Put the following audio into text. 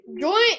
Join